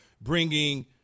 bringing